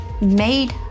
made